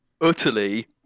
Utterly